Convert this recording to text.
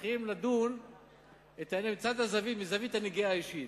מתחילים לדון מזווית הנגיעה האישית.